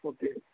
okay